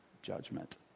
judgment